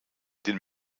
den